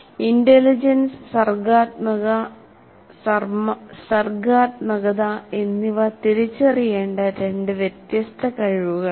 intelligence സർഗ്ഗാത്മകത എന്നിവ തിരിച്ചറിയേണ്ട രണ്ട് വ്യത്യസ്ത കഴിവുകളാണ്